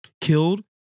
killed